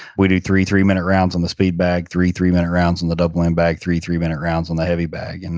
we do three three-minute rounds on the speed bag, three three-minute rounds on the double end bag, three three-minutes rounds on the heavy bag. and